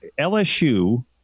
LSU